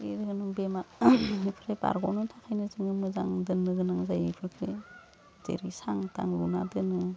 बे रोखोम बेमार निफ्राय बाग'रनो थाखायनो जों मोजां दोननो गोनां जायो इफोरखो जेरै सां थां लुना दोनो